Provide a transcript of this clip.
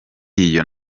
iyo